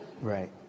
Right